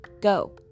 go